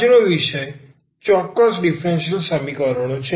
આજનો વિષય ચોક્કસ ડીફરન્સીયલ સમીકરણો છે